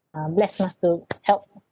uh blessed lah to help